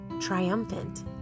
triumphant